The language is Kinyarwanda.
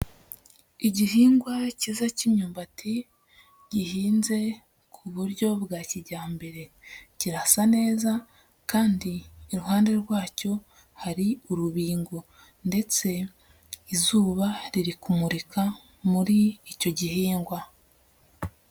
Igihingwa kiza cy'imyumbati gihinze ku buryo bwa kijyambere, kirasa neza kandi iruhande rwacyo hari urubingo ndetse izuba riri kumurika muri icyo gihingwa.